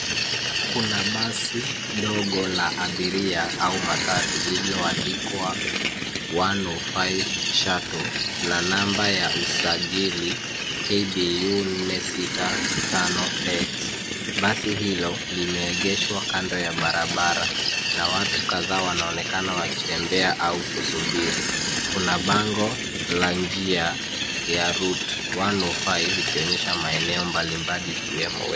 Kuna basi ndogo la abiria au matatu lilioandikwa 105 shuttle na namba ya usajili, KBU 465X. Basi hilo limeegeshwa kando ya barabara na watu kadhaa wanaonekana wakitembea au kusubiri. Kuna bango la njia la route 105, likionyesha maeneo mbalimbali ikiwemo Westlands.